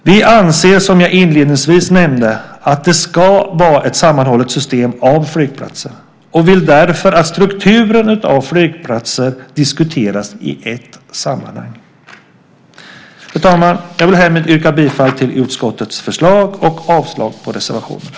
Vi anser, som jag inledningsvis nämnde, att det ska vara ett sammanhållet system av flygplatser och vill därför att strukturen av flygplatser diskuteras i ett sammanhang. Fru talman! Jag vill härmed yrka bifall till utskottets förslag och avslag på reservationerna.